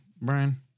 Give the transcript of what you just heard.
Brian